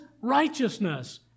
righteousness